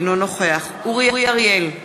אינו נוכח אורי אריאל,